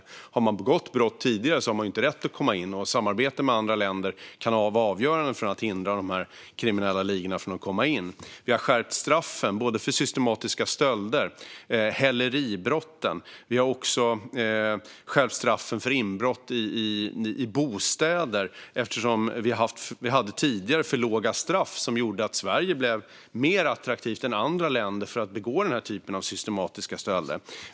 Om man har begått brott tidigare har man inte rätt att komma in, och samarbete med andra länder kan vara avgörande för att hindra de kriminella ligorna från att komma in. Vi har skärpt straffen för både systematiska stölder och häleribrott. Vi har också skärpt straffen för inbrott i bostäder eftersom vi tidigare hade för låga straff som gjorde att Sverige blev mer attraktivt än andra länder för att begå den typen av systematiska stölder.